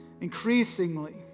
increasingly